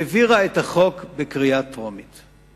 והעבירו את החוק בקריאה טרומית.